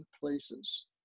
places